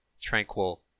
tranquil